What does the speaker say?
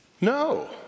No